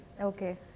Okay